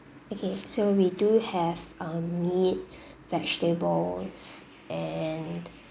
okay so we do have um meat vegetables and